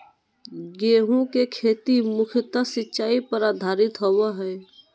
गेहूँ के खेती मुख्यत सिंचाई पर आधारित होबा हइ